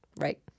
right